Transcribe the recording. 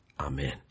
Amen